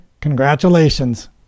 congratulations